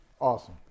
Awesome